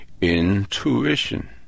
intuition